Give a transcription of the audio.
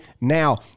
now